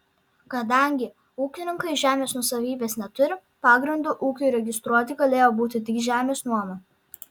kadangi ūkininkai žemės nuosavybės neturi pagrindu ūkiui registruoti galėjo būti tik žemės nuoma